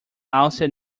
also